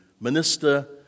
minister